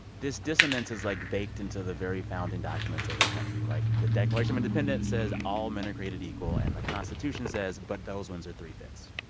this dissonance is like baked into the very founding documents of the country. like, the declaration of independence says all men are created equal, and the constitution says, but those ones are three-fifths.